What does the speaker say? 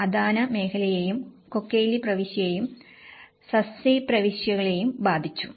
അദാന മേഖലയെയും കൊക്കയിലി പ്രവിശ്യയെയും ഡസ്സെ പ്രവിശ്യകളെയും ബാധിച്ചു